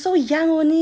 I'm so young only